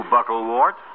Bucklewart